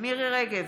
מירי מרים רגב,